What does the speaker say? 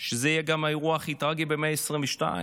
שזה יהיה גם האירוע הכי טרגי במאה ה-22,